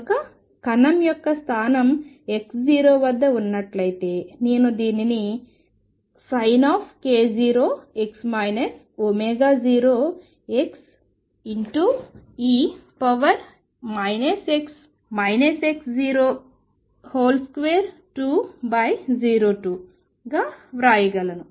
కనుక కణం యొక్క స్థానం x0 వద్ద ఉన్నట్లయితే నేను దీనిని Sink0x 0x e 22గా వ్రాయగలను